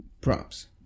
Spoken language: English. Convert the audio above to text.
props